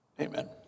Amen